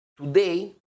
Today